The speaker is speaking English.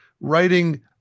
writing